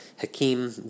Hakeem